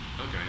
okay